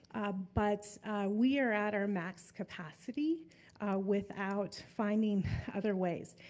but we are at our max capacity without finding other ways.